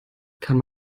kann